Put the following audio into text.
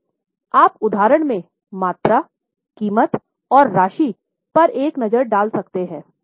आप उदाहरण में मात्रा कीमत और राशि पर एक नज़र डाल सकते हैं